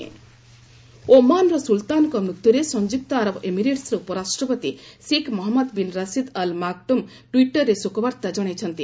UAE କଣ୍ଡୋଲେନୁ ଓମାନ୍ର ସୁଲତାନଙ୍କ ମୃତ୍ୟୁରେ ସଂଯୁକ୍ତ ଆରବ ଏମିରେଟସ୍ର ଉପରାଷ୍ଟ୍ରପତି Sheikh Mohammed bin Rashid Al Maktoum ଟ୍ୱିଟରରେ ଶୋକ ବାର୍ଭା କଣାଇଛନ୍ତି